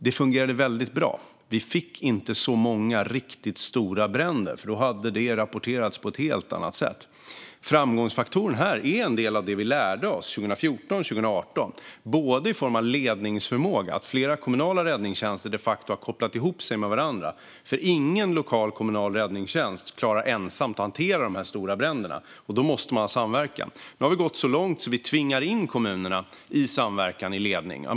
Det fungerade väldigt bra: Vi fick inte så många riktigt stora bränder. Det skulle ha rapporterats på ett helt annat sätt om vi hade haft det. Framgångsfaktorerna här är en del av det vi lärde oss 2014 och 2018 när det gäller ledningsförmåga. Flera kommunala räddningstjänster har de facto kopplat ihop sig med varandra. Ingen lokal kommunal räddningstjänst klarar ensam att hantera de här stora bränderna, och då måste man samverka. Nu har vi gått så långt att vi tvingar in kommunerna i samverkan, i ledning.